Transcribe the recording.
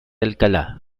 alcalá